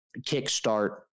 kickstart